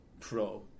pro